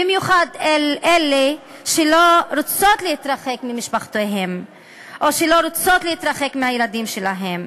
במיוחד אלה שלא רוצות להתרחק ממשפחתן או שלא רוצות להתרחק מהילדים שלהן.